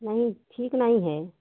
नहीं ठीक नहीं है